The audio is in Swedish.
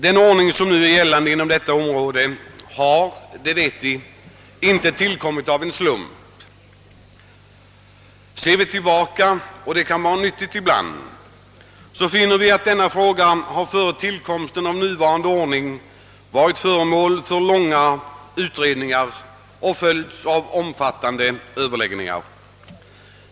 Den ordning som nu finns på detta område har — det vet vi — inte tillkommit av en slump. Ser vi tillbaka — och det kan vara nyttigt att göra det ibland — finner vi att denna fråga före tillkomsten av nuvarande ordning varit föremål för långa utredningar som följts av omfattande överläggningar.